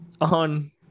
on